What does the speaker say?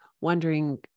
wondering